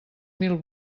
mil